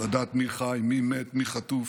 לדעת מי חי, מי מת, מי חטוף.